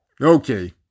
Okay